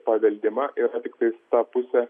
paveldima yra tiktai ta pusė